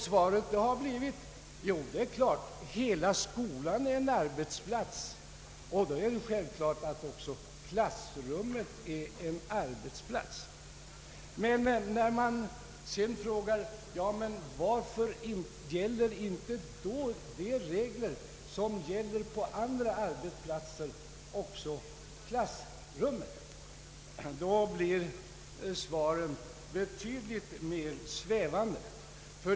Svaret har blivit: Ja, hela skolan är en arbetsplats, och då är det självklart att också klassrummet är en arbetsplats. Jag har sedan frågat: Men varför gäller inte de regler som gäller på andra arbetsplatser också i klassrummet? Då blir svaren betydligt mer svävande.